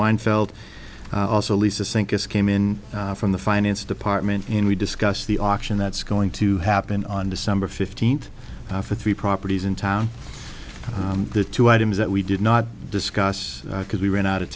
wine felt also lisa sink this came in from the finance department and we discussed the auction that's going to happen on december fifteenth for three properties in town the two items that we did not discuss because we ran out of